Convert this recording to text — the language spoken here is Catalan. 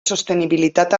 sostenibilitat